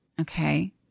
Okay